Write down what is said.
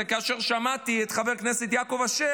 כאשר שמעתי את חבר הכנסת יעקב אשר,